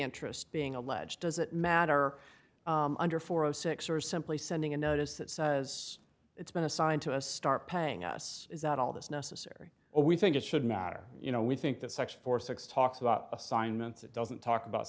interest being alleged does it matter under four o six or simply sending a notice that says it's been assigned to us start paying us is that all that's necessary or we think it should matter you know we think that sex for six talks about assignments it doesn't talk about